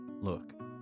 Look